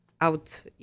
out